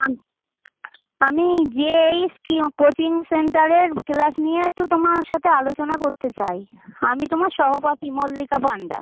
আমি আমি JHQ coaching সেন্টারের ক্লাস নিয়ে একটু তোমার সাথে আলোচনা করতে চাই আমি তোমার সহপাঠী মল্লিকা পাণ্ডা